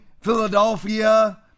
Philadelphia